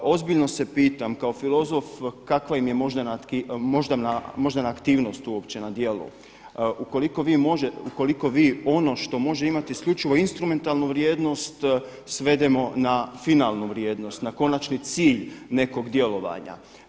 Ozbiljno se pitam kao filozof kakva im je moždana aktivnost uopće na djelu, ukoliko vi ono što može imati isključivo instrumentalnu vrijednost svedemo na finalnu vrijednost, na konačni cilj nekog djelovanja.